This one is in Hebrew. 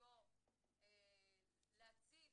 שמחובתו להציף,